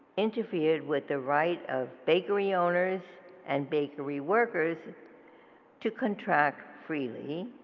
interfered with the right of bakery owners and bakery workers to contract freely,